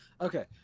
Okay